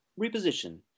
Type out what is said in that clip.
reposition